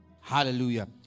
Hallelujah